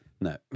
No